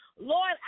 Lord